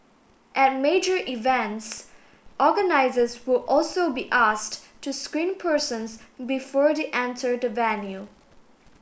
at major events organisers will also be asked to screen persons before they enter the venue